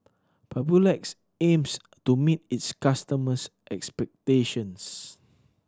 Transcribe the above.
papulex aims to meet its customers' expectations